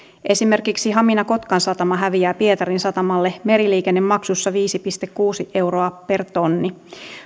esimerkiksi hamina kotkan satama häviää pietarin satamalle meriliikennemaksuissa viisi pilkku kuusi euroa per tonni